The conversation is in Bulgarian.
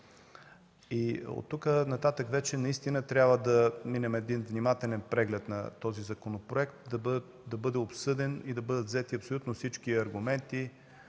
Оттук нататък вече наистина трябва да минем един внимателен преглед на този законопроект, да бъде обсъден и да бъдат взети абсолютно всички аргументи